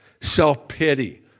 self-pity